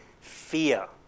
fear